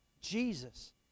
Jesus